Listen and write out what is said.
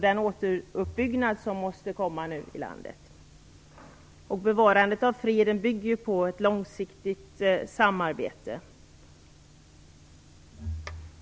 Den återuppbyggnad i landet som nu måste komma är ju också viktig, och bevarandet av freden bygger på ett långsiktigt samarbete.